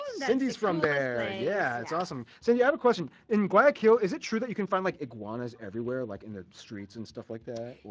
cindy's from there! yeah, it's awesome. cindy, i have a question. in guayaquil, is it true that you can find like, iguanas everywhere, like in the streets and stuff like that,